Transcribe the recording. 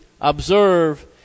observe